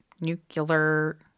nuclear